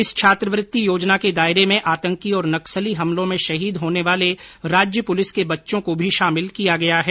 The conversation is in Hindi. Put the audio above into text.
इस छात्रवृत्ति योजना के दायरे में आतंकी और नक्सली हमलों में शहीद होने वाले राज्य पुलिस के बच्चों को भी शामिल कर लिया गया है